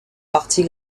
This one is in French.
partie